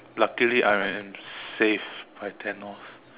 luckily I am saved by Thanos